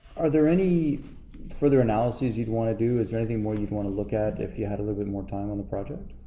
are there any further analysis you'd wanna do? is there anything more you'd wanna look at, if you had a little bit more time on the project?